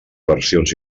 versions